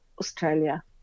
Australia